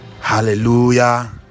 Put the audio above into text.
hallelujah